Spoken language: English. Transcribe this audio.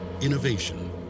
Innovation